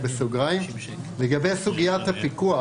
לגבי סוגיית הפיקוח